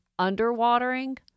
underwatering